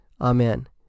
amen